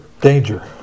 danger